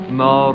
no